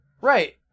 Right